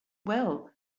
well